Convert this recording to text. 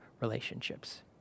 relationships